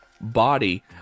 body